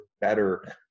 better